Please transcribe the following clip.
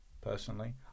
personally